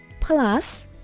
plus